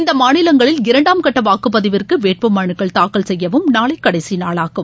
இந்த மாநிலங்களில் இரண்டாம் கட்ட வாக்குப்பதிவிற்கு வேட்பு மனுக்கள் தாக்கல் செய்யவும் நாளை கடைசி நாளாகும்